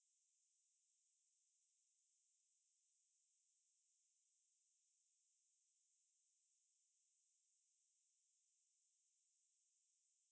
exactly so end up I deci~ I decided to do the video on my own I did the first draft of the video and then I send it on the group then I said oh okay err